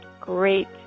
great